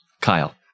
Kyle